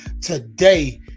today